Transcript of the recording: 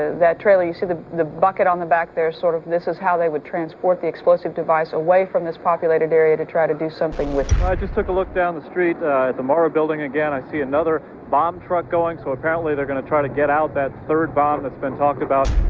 that trailer. you see the the bucket on the back there, sort of. this is how they will transport the explosive device. away from this populated area to try to do something with it. ah i just took a look down the street murrah building again. i see another bomb truck going so apparently they're gonna. try to get out that third bomb that's been talked about.